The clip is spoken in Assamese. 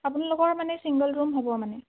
আপোনালোকৰ মানে ছিংগল ৰুম হ'ব মানে